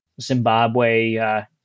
zimbabwe